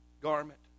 garment